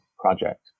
project